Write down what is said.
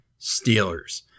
Steelers